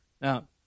Now